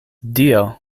dio